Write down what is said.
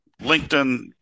LinkedIn